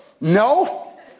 no